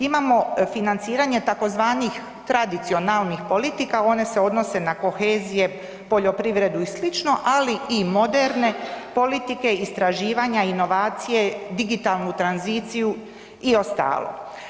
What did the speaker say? Imamo financiranje tzv. tradicionalnih politika, one se odnose na kohezije, poljoprivredu i sl. ali i moderne politike, istraživanja, inovacije, digitalnu tranziciju i ostalo.